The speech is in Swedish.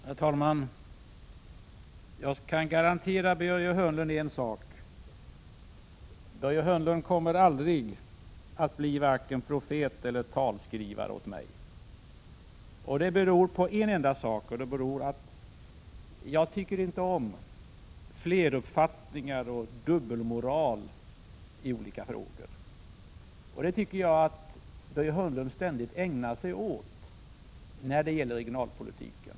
Herr talman! Jag kan garantera Börje Hörnlund en sak: Börje Hörnlund kommer aldrig att bli vare sig profet eller talskrivare åt mig. Det beror på en enda sak. Jag tycker nämligen inte om fleruppfattningar och dubbelmoral i olika frågor, men det tycker jag att Börje Hörnlund ständigt ägnar sig åt när det gäller regionalpolitiken.